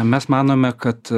mes manome kad